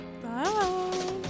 Bye